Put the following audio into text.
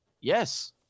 yes